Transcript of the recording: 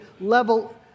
level